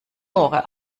genre